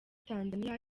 tanzaniya